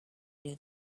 knew